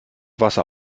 wasser